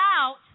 out